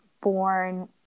born